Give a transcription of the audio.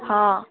ହଁ